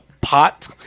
pot